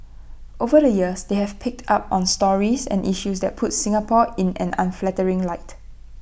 over the years they have picked up on stories and issues that puts Singapore in an unflattering light